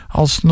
als